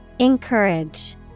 Encourage